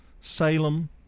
Salem